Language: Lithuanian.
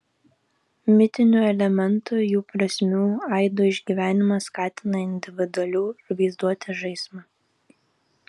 mitinių elementų jų prasmių aidų išgyvenimas skatina individualų vaizduotės žaismą